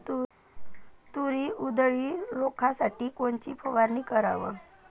तूर उधळी रोखासाठी कोनची फवारनी कराव?